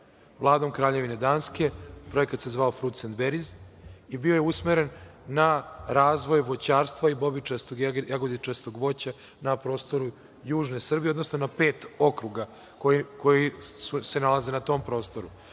Vladom Kraljevine Danske. Projekat se zvao frits and berries i bio usmeren na razvoje voćarstva i bobičastog i jagodičastog voća na prostoru južne Srbije, odnosno na pet okruga koji se nalaze na tom prostoru.